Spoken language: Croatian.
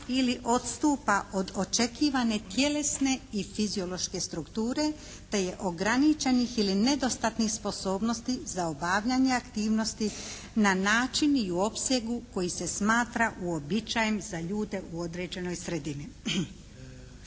ili odstupa od očekivane tjelesne i fiziološke strukture te je ograničenih ili nedostatnih sposobnosti za obavljanje aktivnosti na način i u opsegu koji se smatra uobičajenim za ljude u određenoj sredini.